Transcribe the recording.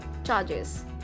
Charges